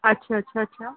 اچھا اچھا اچھا